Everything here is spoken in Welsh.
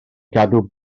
gadw